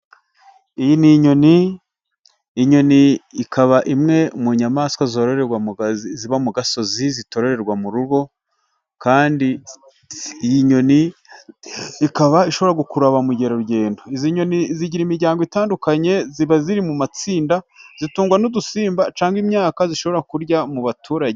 Iyi n'inyoni ikaba imwe mu nyamaswa zororerwa ziba mu gasozi zitorerwa mu rugo. Kandi iyi nyoni ikaba ishobora gukurura ba mukerarugendo, zigira imiryango itandukanye ziba ziri mu matsinda zitungwa n'udusimba cyangwa imyaka zishobora kujya mu baturage.